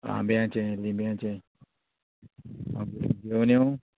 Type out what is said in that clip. आंब्याचें लिंब्यांचें घेवन येवूं